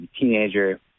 teenager